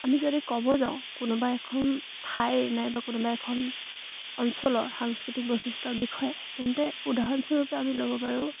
আমি যদি ক'ব যাওঁ কোনোবা এখন ঠাইৰ নাই বা কোনোবা এখন অঞ্চলৰ সাংস্কৃতিক বৈশিষ্ট্যৰ বিষয়ে তেন্তে উদাহৰণস্বৰূপে আমি ল'ব পাৰোঁ